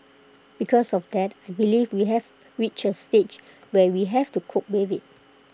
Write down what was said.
because of that I believe we have reached A stage where we have to cope with IT